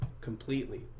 completely